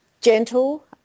gentle